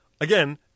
again